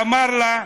ואמר לה: